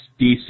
DC